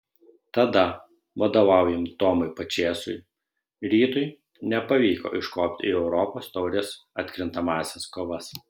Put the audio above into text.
tada vadovaujant tomui pačėsui rytui nepavyko iškopti į europos taurės atkrintamąsias kovas